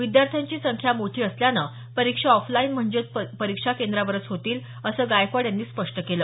विद्यार्थ्यांची संख्या मोठी असल्यानं परिक्षा ऑफलाईन म्हणजेच परिक्षा केंद्रांवरच होतील असं गायकवाड यांनी स्पष्ट केल